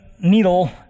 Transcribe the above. needle